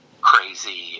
crazy